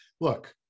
look